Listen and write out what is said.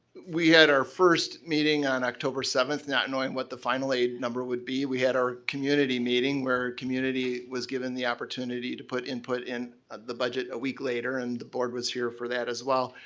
we had our first meeting on october seventh not knowing what the final aid number would be. we had our community meeting where our community was given the opportunity to put input in ah the budget a week later and the board was here for that as well.